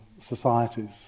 societies